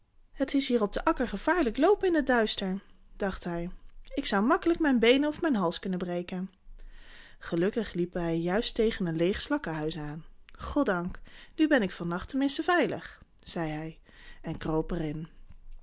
het is hier op den akker gevaarlijk loopen in het duister dacht hij ik zou makkelijk mijn beenen of mijn hals kunnen breken gelukkig liep hij juist tegen een leeg slakkenhuis aan goddank nu ben ik van nacht ten minste veilig zei hij en kroop er